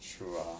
true ah